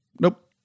Nope